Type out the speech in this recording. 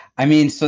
i mean, so